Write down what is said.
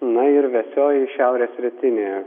na ir vėsioji šiaurės rytinė